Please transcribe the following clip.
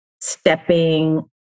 stepping